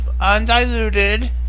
undiluted